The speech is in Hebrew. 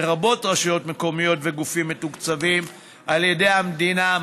לרבות רשויות מקומיות וגופים המתוקצבים על ידי המדינה,